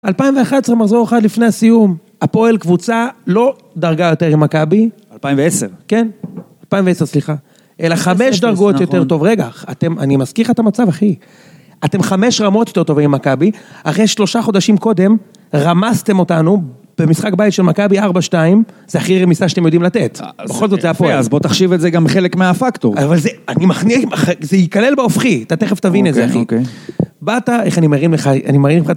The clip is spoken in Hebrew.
2011, מרזור אחד לפני הסיום, הפועל קבוצה לא דרגה יותר עם מקאבי. 2010. כן? 2010, סליחה. אלא חמש דרגות יותר טוב. רגע, אני מזכיח את המצב, אחי. אתם חמש רמות יותר טובים עם מקאבי. אחרי שלושה חודשים קודם, רמזתם אותנו. במשחק בית של מקאבי, ארבע, שתיים. זה הכי רמיסה שאתם יודעים לתת. בכל זאת זה הפועל. אז בוא תחשיב את זה גם חלק מהפקטור. אבל זה, אני מכניס, זה ייכלל באופחי. אתה תכף תבין את זה, אחי. באת, איך אני מראה לך? אני מראה לך את ה...